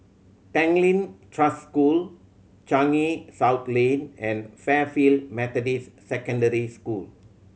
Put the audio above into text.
Tanglin Trust School Changi South Lane and Fairfield Methodist Secondary School